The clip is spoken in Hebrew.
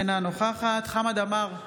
אינה נוכחת חמד עמאר,